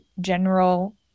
general